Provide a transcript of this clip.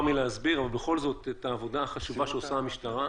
את העבודה החשובה שעושה המשטרה,